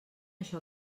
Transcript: això